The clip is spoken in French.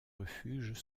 refuges